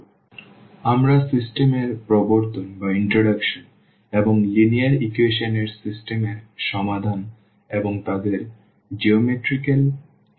সুতরাং আমরা সিস্টেম এর প্রবর্তন এবং লিনিয়ার ইকুয়েশন এর সিস্টেম এর সমাধান এবং তাদের জ্যামিতিক ব্যাখ্যা ও কভার করব